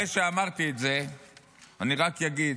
אחרי שאמרתי את זה אני רק אגיד,